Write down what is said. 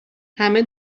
همه